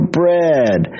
bread